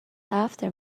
after